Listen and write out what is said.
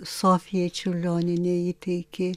sofijai čiurlionienei įteikė